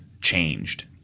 changed